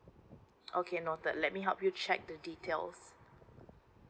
okay noted let me help you check the details